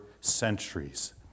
centuries